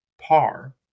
par